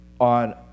on